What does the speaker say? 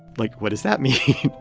like, what does that mean?